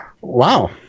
Wow